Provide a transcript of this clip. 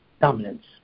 dominance